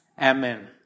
Amen